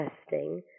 testing